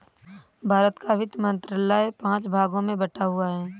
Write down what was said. भारत का वित्त मंत्रालय पांच भागों में बटा हुआ है